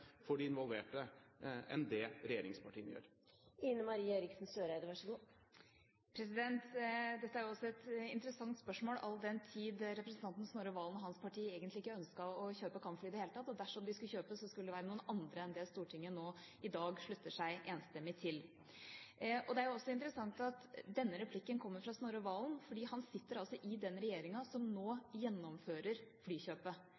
for de involverte enn det regjeringspartienes forslag gjør? Dette er også et interessant spørsmål all den tid representanten Snorre Serigstad Valen og hans parti egentlig ikke ønsket å kjøpe kampfly i det hele tatt, og dersom de skulle kjøpe, skulle det være noen andre enn de Stortinget nå i dag slutter seg enstemmig til. Det er også interessant at denne replikken kommer fra Snorre Serigstad Valen, fordi han sitter i den regjeringa som nå gjennomfører flykjøpet.